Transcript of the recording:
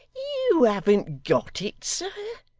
you haven't got it, sir?